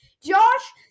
Josh